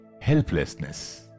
helplessness